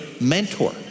mentor